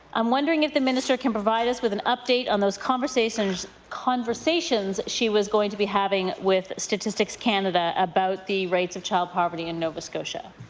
i'm wondering if the minister can provide us with an update on those conversations conversations she was going to be having with statistics canada about the rates of child poverty in nova scotia?